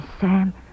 Sam